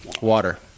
water